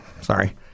Sorry